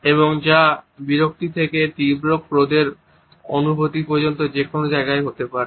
এবং যা বিরক্তি থেকে তীব্র ক্রোধের অনুভূতি পর্যন্ত যে কোন জায়গায় হতে পারে